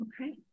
Okay